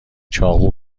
چاقو